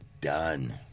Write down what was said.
done